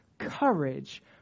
courage